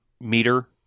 meter